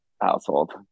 household